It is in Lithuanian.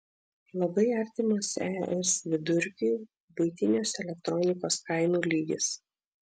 labai artimas es vidurkiui buitinės elektronikos kainų lygis